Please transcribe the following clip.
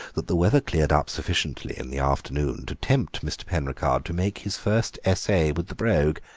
that the weather cleared up sufficiently in the afternoon to tempt mr. penricarde to make his first essay with the brogue.